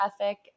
ethic